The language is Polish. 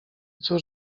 cóż